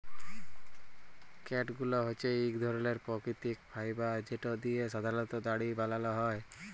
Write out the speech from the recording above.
catgut হছে ইক ধরলের পাকিতিক ফাইবার যেট দিঁয়ে সাধারলত দড়ি বালাল হ্যয়